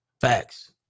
Facts